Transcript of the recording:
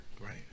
right